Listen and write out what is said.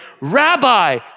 Rabbi